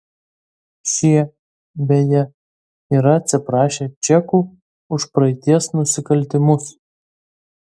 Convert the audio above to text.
šie beje yra atsiprašę čekų už praeities nusikaltimus